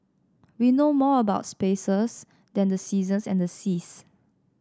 we know more about spaces than the seasons and the seas